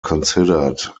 considered